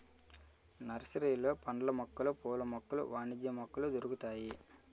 నర్సరీలలో పండ్ల మొక్కలు పూల మొక్కలు వాణిజ్య మొక్కలు దొరుకుతాయి